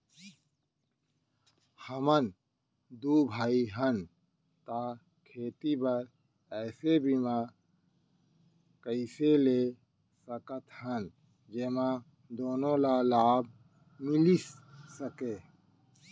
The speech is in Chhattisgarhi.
हमन दू भाई हन ता खेती बर ऐसे बीमा कइसे ले सकत हन जेमा दूनो ला लाभ मिलिस सकए?